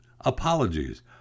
apologies